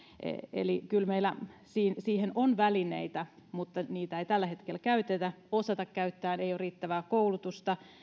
eli kyllä meillä siihen on välineitä mutta niitä ei tällä hetkellä käytetä ei osata käyttää ei ole riittävää koulutusta